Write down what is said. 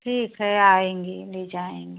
ठीक है आएँगे ले जाएँगे